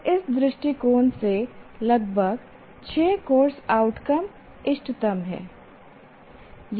तो इस दृष्टिकोण से लगभग 6 कोर्स आउटकम इष्टतम है